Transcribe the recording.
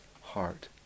heart